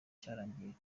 cyarangiye